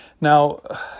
Now